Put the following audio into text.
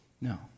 No